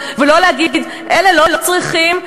ולא להגיד: אלה לא צריכים,